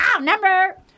number